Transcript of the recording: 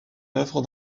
œuvre